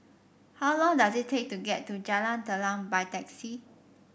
how long does it take to get to Jalan Telang by taxi